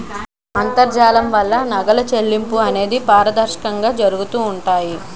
అంతర్జాలం వలన నగర చెల్లింపులు అనేవి పారదర్శకంగా జరుగుతూ ఉంటాయి